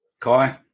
Kai